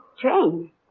Train